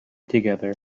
together